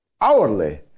hourly